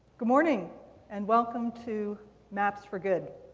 good morning and welcome to maps for good,